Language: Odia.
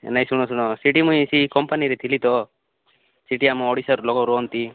ନାଇଁ ଶୁଣ ଶୁଣ ସେଠି ମୁଁ ସେ କମ୍ପାନୀରେ ଥିଲି ତ ସେଠି ଆମ ଓଡ଼ିଶାର ଲୋକ ରୁହନ୍ତି